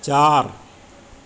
चारि